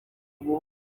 buryo